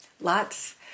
lots